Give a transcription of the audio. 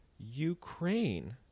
ukraine